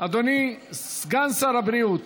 אדוני סגן שר הבריאות